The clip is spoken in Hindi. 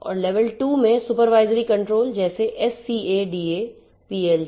लेवल 2 में सुपरवाइजरी कंट्रोल जैसे SCADA PLC HMI है